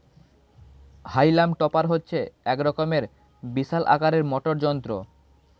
হাইলাম টপার হচ্ছে এক রকমের বিশাল আকারের মোটর যন্ত্র